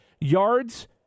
yards